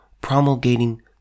promulgating